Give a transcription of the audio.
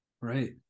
Right